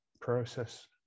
process